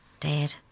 Dad